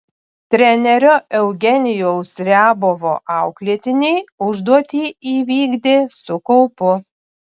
trenerio eugenijaus riabovo auklėtiniai užduotį įvykdė su kaupu